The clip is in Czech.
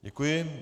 Děkuji.